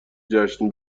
جشن